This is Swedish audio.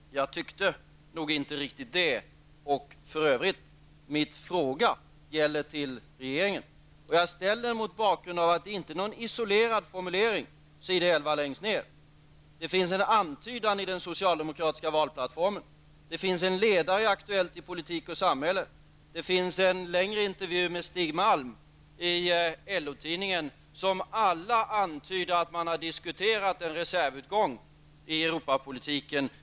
Jag tycker nog inte riktigt det. För övrigt riktade jag min fråga till regeringen. Jag ställde frågan mot bakgrund av att formuleringen längst ned på s. 11 inte är någon isolerad företeelse. I den socialdemokratiska valplattformen, i en ledare i Aktuellt i politik och samhälle liksom i en längre intervju med Stig Malm i LO-tidningen antyds att man har diskuterat en reservutgång i Europapolitiken.